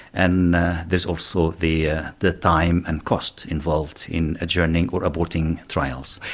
and there's also the ah the time and cost involved in adjourning or aborting trials.